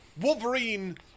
Wolverine